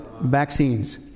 Vaccines